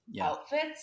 outfits